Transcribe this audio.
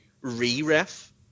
re-ref